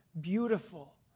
beautiful